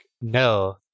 No